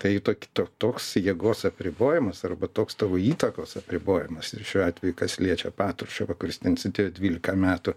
tai tok to toks jėgos apribojimas arba toks tavo įtakos apribojimas ir šiuo atveju kas liečia patruševą kuris ten sėdėjo dvylika metų